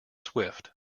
swift